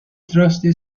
trustee